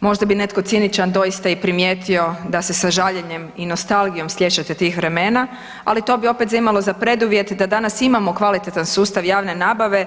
Možda bi netko ciničan doista i primijetio da se sa žaljenjem i nostalgijom sjećate tih vremena, ali to bi opet imalo za preduvjet da danas imamo kvalitetan sustav javne nabave